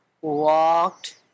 walked